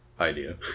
idea